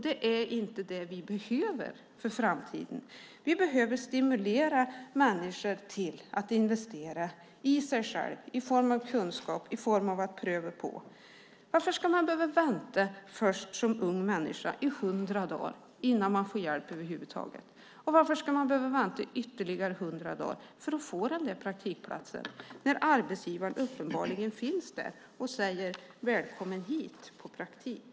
Det är inte det vi behöver för framtiden. Vi behöver stimulera människor till att investera i sig själva i form av kunskap, i form av att pröva på. Varför ska man som ung människa behöva vänta i 100 dagar innan man över huvud taget får hjälp? Och varför ska man behöva vänta ytterligare 100 dagar för att få den där praktikplatsen? Arbetsgivaren finns ju uppenbarligen där och säger: Välkommen hit på praktik!